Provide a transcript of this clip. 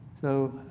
so,